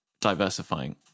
Diversifying